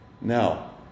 now